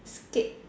skate